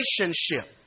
relationship